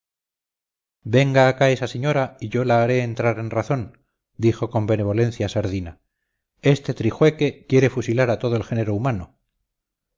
venga acá esa señora y yo la haré entrar en razón dijo con benevolencia sardina este trijueque quiere fusilar a todo el género humano